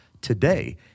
today